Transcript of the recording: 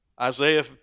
Isaiah